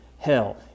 hell